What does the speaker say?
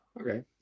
Okay